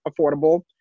affordable